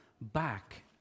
back